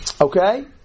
Okay